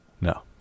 no